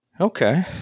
okay